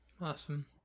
Awesome